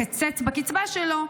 לקצץ בקצבה שלו,